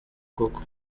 koko